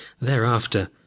thereafter